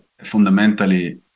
fundamentally